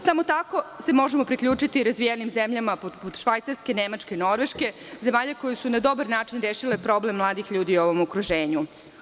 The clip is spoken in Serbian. Samo tako se možemo priključiti razvijenim zemljama poput Švajcarske, Nemačke, Norveške, zemljama koje su na dobar način rešile problem mladih ljudi u ovom okruženju.